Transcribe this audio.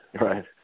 Right